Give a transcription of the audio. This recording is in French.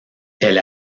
elle